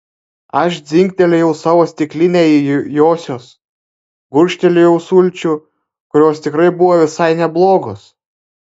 aš dzingtelėjau savo stikline į josios gurkštelėjau sulčių kurios tikrai buvo visai neblogos